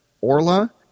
orla